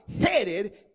headed